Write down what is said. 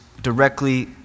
directly